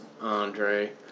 Andre